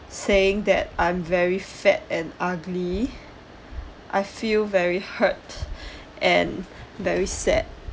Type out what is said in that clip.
saying that I am very fat and ugly I feel very hurt and very sad